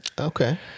okay